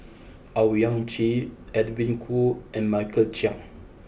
Owyang Chi Edwin Koo and Michael Chiang